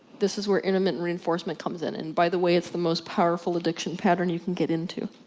this is where intermittent reinforcement comes in, and by the way, it's the most powerful addiction pattern you can get into.